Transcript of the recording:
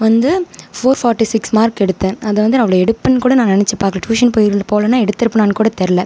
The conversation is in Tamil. வந்து ஃபோர் ஃபாட்டி சிக்ஸ் மார்க் எடுத்தேன் அது வந்து நான் அவ்வளோ எடுப்பேன்னுகூட நான் நினச்சிப் பார்க்கல டியூஷன் போய் போகலன எடுத்தேருப்பேனான்னு கூட தெரில